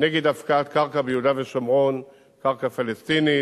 נגד הפקעת קרקע ביהודה ושומרון, קרקע פלסטינית,